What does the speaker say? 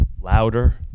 louder